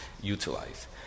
utilize